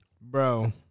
Bro